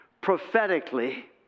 prophetically